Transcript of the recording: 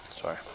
Sorry